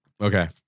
Okay